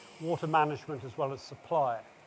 water management as well as supplier.